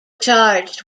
charged